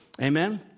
Amen